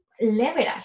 leverage